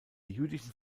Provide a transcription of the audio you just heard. jüdischen